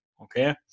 Okay